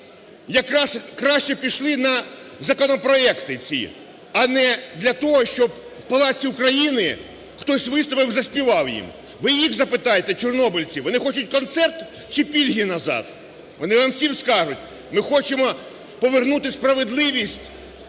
якраз краще пішли на законопроекти ці, а не для того, щоб в палаці "Україна" хтось виступив і заспівав їм. Ви їх запитайте, чорнобильців: вони хочуть концерт чи пільги назад. Вони вам всі скажуть: "Ми хочемо повернути справедливість,